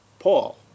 Paul